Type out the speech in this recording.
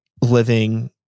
living